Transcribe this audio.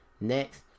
next